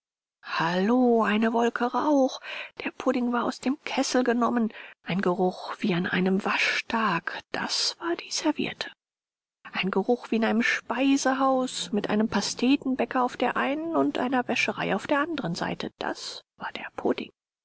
hallo eine wolke rauch der pudding war aus dem kessel genommen ein geruch wie an einem waschtag das war die serviette ein geruch wie in einem speisehause mit einem pastetenbäcker auf der einen und einer wäscherin auf der andern seite das war der pudding